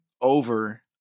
over